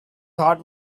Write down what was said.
heart